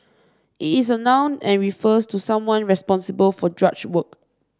it is a noun and refers to someone responsible for drudge work